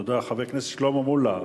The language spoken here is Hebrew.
תודה לחבר הכנסת שלמה מולה.